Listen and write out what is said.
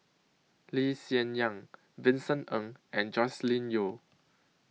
Lee Hsien Yang Vincent Ng and Joscelin Yeo